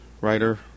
writer